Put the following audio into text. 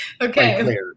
Okay